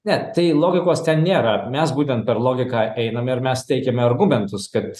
ne tai logikos ten nėra mes būtent per logiką einam ir mes teikiame argumentus kad